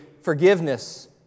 forgiveness